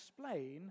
explain